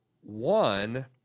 One